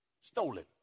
stolen